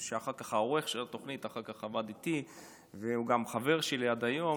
שאחר כך העורך של התוכנית עבד איתי והוא גם חבר שלי עד היום,